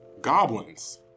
Goblins